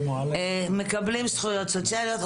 מקבלים זכויות סוציאליות,